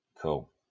Cool